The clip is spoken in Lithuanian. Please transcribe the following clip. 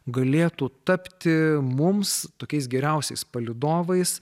galėtų tapti mums tokiais geriausiais palydovais